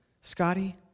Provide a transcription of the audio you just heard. Scotty